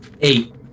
Eight